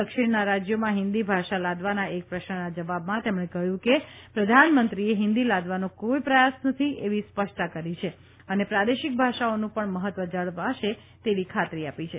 દક્ષિણના રાજયોમાં હિન્દી ભાષા લાદવાના એક પ્રશ્નના જવાબમાં તેમણે કહ્યું કે પ્રધાનમંત્રીએ હિન્દી લાદવાનો કોઇ પ્રયાસ નથી એવી સ્પષ્ટતા કરી છે અને પ્રાદેશિક ભાષાઓનું પણ મહત્વ જળવાશે તેવી ખાતરી આપી છે